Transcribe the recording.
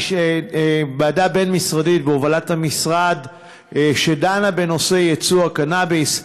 ועדה בין-משרדית בהובלת המשרד שדנה בנושא ייצוא קנאביס,